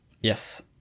yes